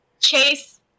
Chase